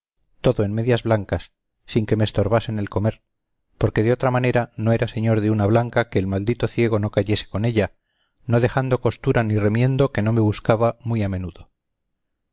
todo en medias blancas sin que me estorbasen el comer porque de otra manera no era señor de una blanca que el maldito ciego no cayese con ella no dejando costura ni remiendo que no me buscaba muy a menudo